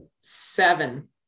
Seven